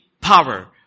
power